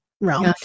realm